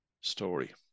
story